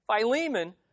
Philemon